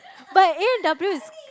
but A-and-W is